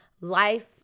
life